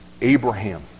Abraham